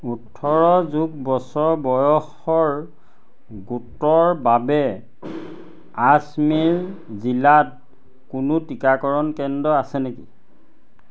ওঠৰ যোগ বছৰ বয়সৰ গোটৰ বাবে আজমেৰ জিলাত কোনো টীকাকৰণ কেন্দ্ৰ আছে নেকি